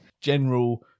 general